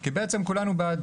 כי כולנו בעד